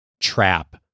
trap